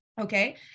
okay